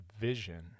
vision